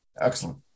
Excellent